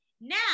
now